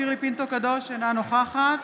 שירלי פינטו קדוש, אינה נוכחת